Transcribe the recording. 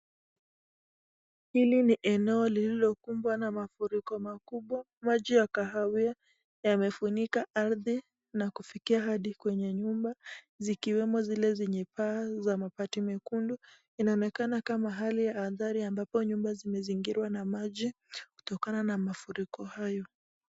Hili ni eneo lilokumbwa na mafuriko makubwa maji ya kahawia yamefunika ardhi na kufikia hadi kwenye nyumba zikiwemo zile zenye paa za mabati mekundu. Inaonekana kama hali ya athari ambapo nyumba zimezingirwa na maji kutokana na mafuriko hayo.